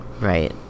right